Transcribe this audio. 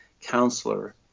counselor